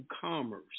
commerce